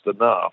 enough